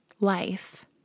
Life